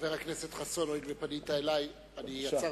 חבר הכנסת חסון, הואיל ואתה פנית אלי, עצרתי,